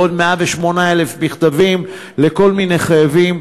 ועוד 108,000 מכתבים לכל מיני חייבים.